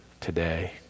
today